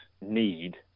need